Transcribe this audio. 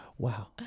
Wow